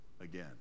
again